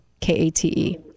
K-A-T-E